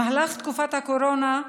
במהלך תקופת הקורונה,